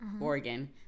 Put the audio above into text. Oregon